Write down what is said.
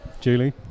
Julie